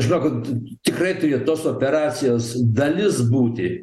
žinokit tikrai turėjo tos operacijos dalis būti